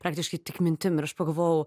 praktiškai tik mintim ir pagalvojau